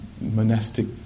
monastic